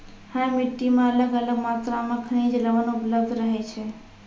हर मिट्टी मॅ अलग अलग मात्रा मॅ खनिज लवण उपलब्ध रहै छै